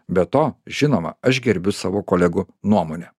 be to žinoma aš gerbiu savo kolegų nuomonę